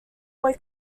boy